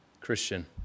Christian